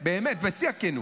באמת, בשיא הכנות.